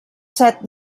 set